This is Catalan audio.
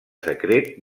secret